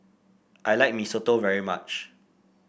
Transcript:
I like Mee Soto very much